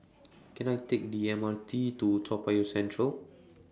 Can I Take The M R T to Toa Payoh Central